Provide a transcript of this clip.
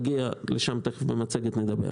תיכף נגיע לשם במצגת ונדבר.